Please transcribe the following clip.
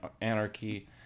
anarchy